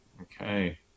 Okay